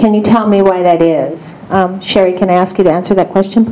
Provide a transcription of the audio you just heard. can you tell me why that is sheri can i ask you to answer that question